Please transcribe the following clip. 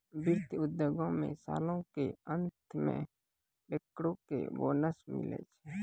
वित्त उद्योगो मे सालो के अंत मे बैंकरो के बोनस मिलै छै